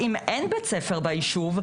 אם אין בית ספר ביישוב,